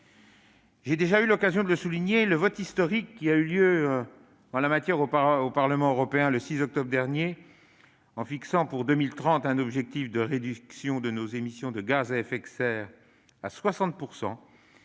J'ai déjà eu l'occasion de le souligner, le vote historique intervenu en la matière au Parlement européen le 6 octobre dernier, a fixé pour 2030 un objectif de réduction de nos émissions de gaz à effet de serre de 60